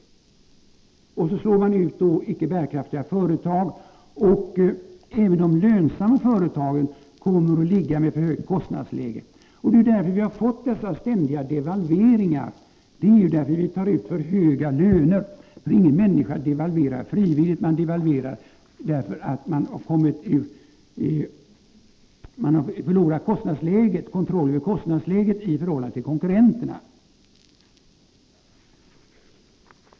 Därigenom slås icke bärkraftiga företag ut. Även de lönsamma företagen får ett alltför högt kostnadsläge. Det är ju det höga kostnadsläget på grund av att vi tar ut för höga löner som har gjort att vi fått dessa ständiga devalveringar. Ingen devalverar frivilligt, utan man gör det därför att man har förlorat kontroll över kostnadsläget i förhållande till konkurrenterna.